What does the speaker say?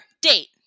date